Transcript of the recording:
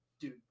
dude